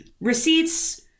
receipts